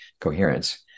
coherence